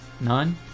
None